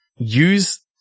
Use